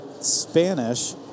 Spanish